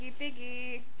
biggie